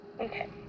Okay